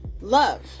love